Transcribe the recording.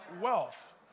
Wealth